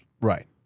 Right